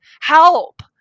Help